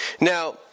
Now